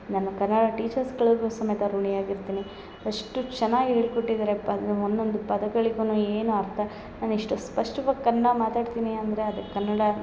ನಾನು ಕನ್ನಡ ಟೀಚರ್ಸ್ಗಳ್ಗು ಸಮೇತ ಋಣಿಯಾಗಿ ಇರ್ತೀನಿ ಎಷ್ಟು ಚೆನ್ನಾಗಿ ಹೇಳ್ಕೊಟ್ಟಿದ್ರೆಪ್ಪ ಅಂದರೆ ಒಂದೊಂದು ಪದಗಳಿಗುನು ಏನು ಅರ್ಥ ನಾನು ಎಷ್ಟು ಸ್ಪಷ್ಟವಾಗಿ ಕನ್ನಡ ಮಾತಾಡ್ತೀನಿ ಅಂದರೆ ಅದು ಕನ್ನಡ